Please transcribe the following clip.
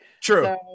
True